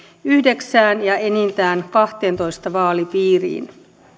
yhdeksään ja enintään kahteentoista vaalipiiriin